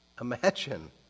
Imagine